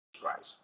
Christ